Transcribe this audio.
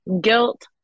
guilt